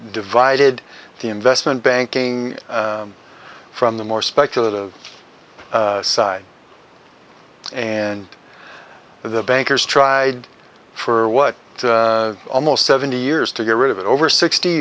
divided the investment banking from the more speculative side and the bankers tried for what almost seventy years to get rid of it over sixty